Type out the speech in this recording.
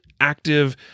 active